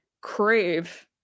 crave